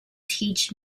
teach